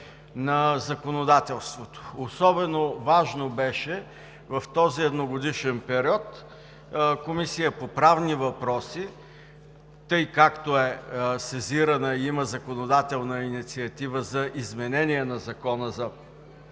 на законодателството. Особено важно беше в този едногодишен период Комисията по правни въпроси, тъй като е сезирана и има законодателна инициатива за изменение на Закона за